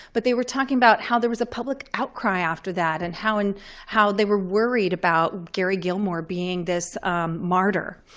but they were talking about how there was a public outcry after that, and how and how they were worried about gary gilmore being this martyr.